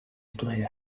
player